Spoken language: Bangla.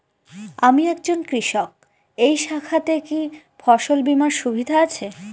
আমি একজন কৃষক এই শাখাতে কি ফসল বীমার সুবিধা আছে?